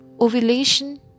ovulation